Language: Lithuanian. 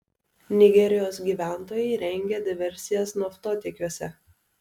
nigerijos gyventojai rengia diversijas naftotiekiuose